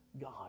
God